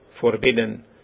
forbidden